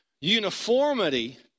Uniformity